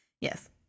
Yes